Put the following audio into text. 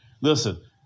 Listen